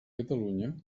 catalunya